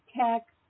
text